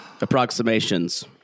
approximations